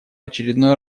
очередной